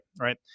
Right